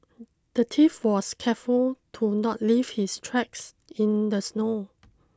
the thief was careful to not leave his tracks in the snow